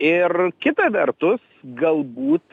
ir kita vertus galbūt